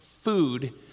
food